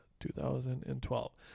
2012